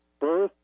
birth